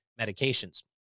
medications